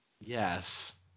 Yes